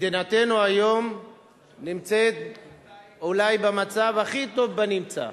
מדינתנו היום נמצאת אולי במצב הכי טוב בנמצא,